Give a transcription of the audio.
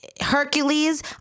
Hercules